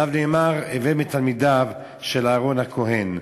עליו נאמר: הווי מתלמידיו של אהרן הכוהן.